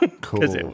Cool